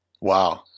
wow